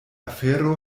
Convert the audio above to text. afero